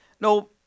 No